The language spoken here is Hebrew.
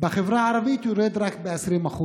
בחברה הערבית זה יורד רק ב-20%.